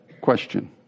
question